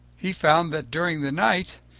he found that, during the night,